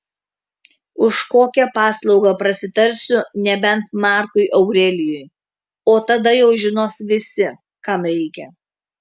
už kokią paslaugą prasitarsiu nebent markui aurelijui o tada jau žinos visi kam reikia